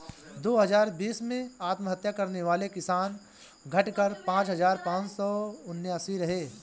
दो हजार बीस में आत्महत्या करने वाले किसान, घटकर पांच हजार पांच सौ उनासी रहे